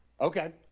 Okay